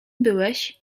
byłeś